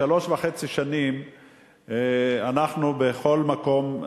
שלוש שנים וחצי אנחנו בכל מקום,